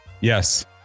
yes